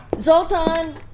Zoltan